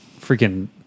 freaking